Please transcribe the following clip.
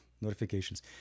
notifications